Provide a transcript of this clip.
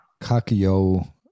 Kakio